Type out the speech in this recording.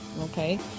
Okay